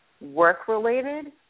work-related